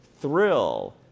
thrill